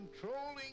controlling